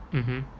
mmhmm